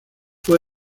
fue